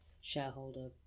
shareholder